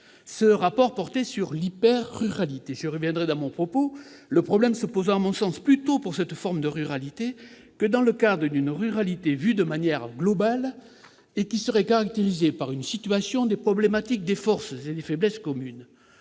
Ce rapport portait sur l'hyper-ruralité et le problème dont nous débattons se pose plutôt, à mon sens, pour cette forme de ruralité que dans le cadre d'une ruralité appréhendée de manière globale, et qui serait caractérisée par une situation, des problématiques, des forces et des faiblesses communes.